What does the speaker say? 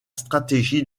stratégie